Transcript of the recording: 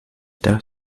darf